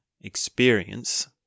experience